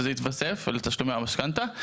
זה יתווסף לתשלומי המשכנתא.